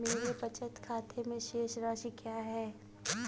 मेरे बचत खाते में शेष राशि क्या है?